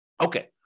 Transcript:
Okay